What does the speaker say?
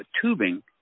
tubing